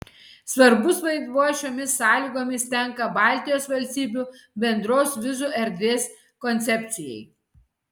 svarbus vaidmuo šiomis sąlygomis tenka baltijos valstybių bendros vizų erdvės koncepcijai